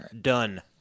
Done